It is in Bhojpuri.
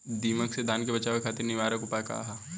दिमक से धान के बचावे खातिर निवारक उपाय का ह?